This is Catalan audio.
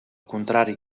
contrari